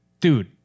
Dude